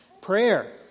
Prayer